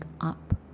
up